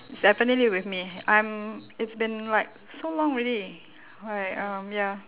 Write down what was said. it's definitely with me I'm it's been like so long already like um ya